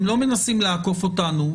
הם לא מנסים לעקוף אותנו.